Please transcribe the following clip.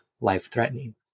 life-threatening